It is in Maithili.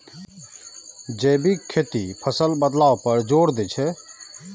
जैविक खेती फसल बदलाव पर जोर दै छै